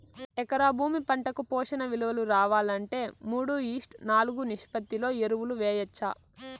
ఎకరా భూమి పంటకు పోషక విలువలు రావాలంటే మూడు ఈష్ట్ నాలుగు నిష్పత్తిలో ఎరువులు వేయచ్చా?